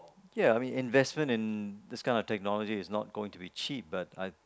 ya I mean investment in this kind of technology is not going to be cheap but I